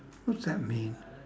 what's that mean